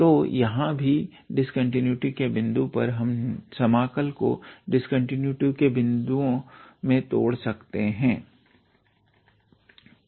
तो यहां भी डिस्कंटीन्यूटी के बिंदु पर हम समाकल को डिस्कंटीन्यूटी के बिंदुओं में तोड़ सकते हैं